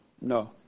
No